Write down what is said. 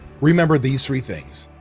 remember these three things.